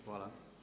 Hvala.